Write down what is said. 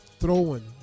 Throwing